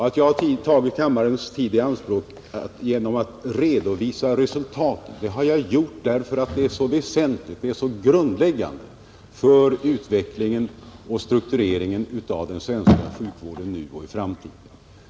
Att jag har tagit kammarens tid i anspråk för att redovisa resultaten beror på att det är så väsentligt, så grundläggande för utvecklingen och struktureringen av den svenska sjukvården nu och i framtiden.